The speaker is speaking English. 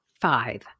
five